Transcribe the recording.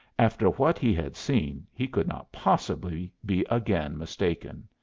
after what he had seen he could not possibly be again mistaken.